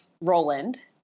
Roland